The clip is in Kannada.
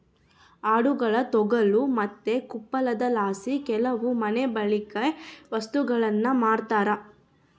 ಆಡುಗುಳ ತೊಗಲು ಮತ್ತೆ ತುಪ್ಪಳದಲಾಸಿ ಕೆಲವು ಮನೆಬಳ್ಕೆ ವಸ್ತುಗುಳ್ನ ಮಾಡ್ತರ